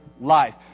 life